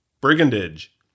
brigandage